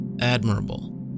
admirable